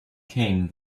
came